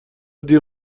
دیر